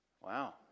Wow